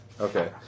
Okay